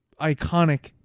iconic